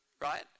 right